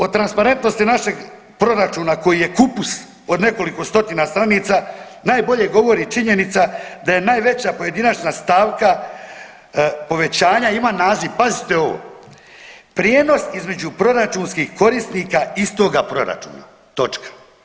O transparentnosti našeg proračuna koji je kupus od nekoliko stotina stranica najbolje govori činjenica da je najveća pojedinačna stavka povećanja ima naziv pazite ovo prijenos između proračunskih korisnika istoga proračuna točka.